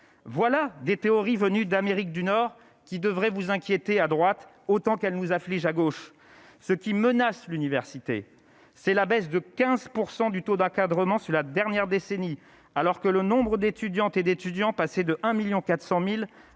voilà, des théories venus d'Amérique du Nord, qui devrait vous inquiéter à droite, autant qu'elle nous inflige à gauche ce qui menace l'université, c'est la baisse de 15 % du taux d'encadrement sur la dernière décennie alors que le nombre d'étudiantes et d'étudiants passés de un